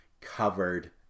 covered